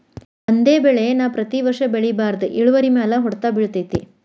ಒಂದೇ ಬೆಳೆ ನಾ ಪ್ರತಿ ವರ್ಷ ಬೆಳಿಬಾರ್ದ ಇಳುವರಿಮ್ಯಾಲ ಹೊಡ್ತ ಬಿಳತೈತಿ